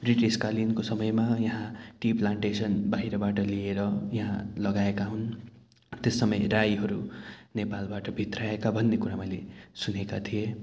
ब्रिटिसकालीनको समयमा यहाँ tea plantation बाहिरबाट लिएर यहाँ लगाएका हुन् त्यस समय राईहरू नेपालबाट भित्र्याइएका भन्ने कुरा मैले सुनेको थिएँ